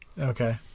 Okay